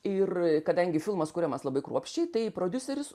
ir kadangi filmas kuriamas labai kruopščiai tai prodiuseris